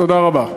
תודה רבה.